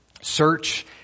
Search